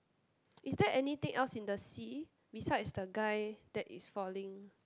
is there anything else in the sea besides the guy that is falling